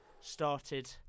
started